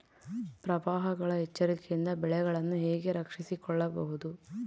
ಪ್ರವಾಹಗಳ ಎಚ್ಚರಿಕೆಯಿಂದ ಬೆಳೆಗಳನ್ನು ಹೇಗೆ ರಕ್ಷಿಸಿಕೊಳ್ಳಬಹುದು?